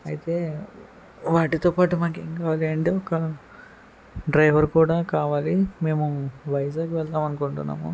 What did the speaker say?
అయితే వాటితో పాటు మాకు ఏం కావాలి అంటే ఒక డ్రైవర్ కూడా కావాలి మేము వైజాగ్ వెళ్దాం అనుకుంటున్నాము